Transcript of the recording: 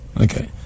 okay